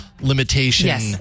limitation